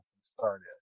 started